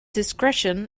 discretion